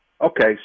Okay